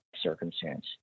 circumstance